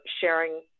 sharing